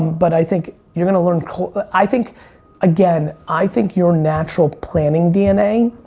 but i think you're gonna learn i think again, i think your natural planning dna,